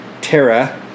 Terra